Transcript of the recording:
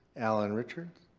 allen richards.